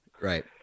Right